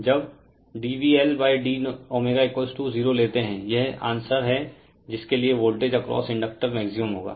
जब dVLdω0 लेते हैं यह आंसर है जिसके लिए वोल्टेज अक्रॉस इंडक्टर मैक्सिमम होगा